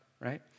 right